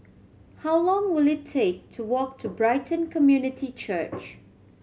how long will it take to walk to Brighton Community Church